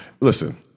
listen